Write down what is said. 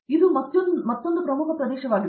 ಆದ್ದರಿಂದ ಅದು ಮತ್ತೊಂದು ಪ್ರಮುಖ ಪ್ರದೇಶವಾಗಿದೆ